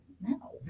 no